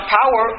power